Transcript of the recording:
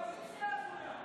הקואליציה הזויה.